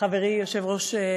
חברי היושב-ראש,